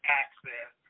access